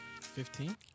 Fifteen